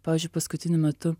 pavyzdžiui paskutiniu metu